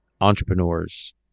entrepreneurs